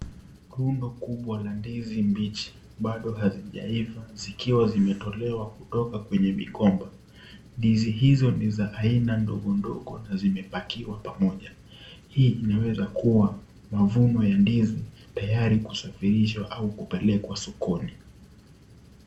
Kunga kubwa la ndizi mbichi bado hazijaiva zikiwa zimetolewa kutoka kwenye migomba ndizi hizo ni za aina ndogo ndogo na zimepakiwa pamoja hii inaweza kuwa mavuno ya ndizi tayari kusafirishwa au kupelekwa sokoni.